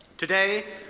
today,